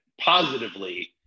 positively